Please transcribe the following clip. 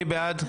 מי בעד?